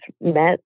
met